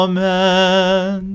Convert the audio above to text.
Amen